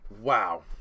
wow